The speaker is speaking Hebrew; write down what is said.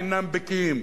אינם בקיאים,